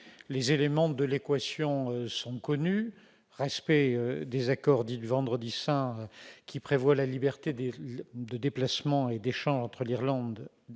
Les éléments de l'équation sont connus : respect des accords dits du Vendredi saint, qui prévoient la liberté de déplacement et d'échanges entre l'Irlande et l'Irlande